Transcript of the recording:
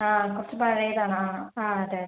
ആ കുറച്ചു പഴയതാണ് ആ ആ അതെ